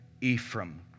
Ephraim